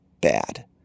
bad